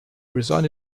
resigned